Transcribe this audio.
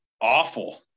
awful